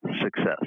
success